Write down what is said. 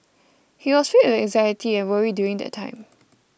he was filled with anxiety and worry during that time